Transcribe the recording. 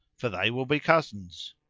for they will be cousins.